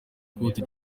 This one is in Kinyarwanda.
côte